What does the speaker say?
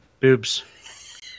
Boobs